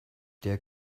der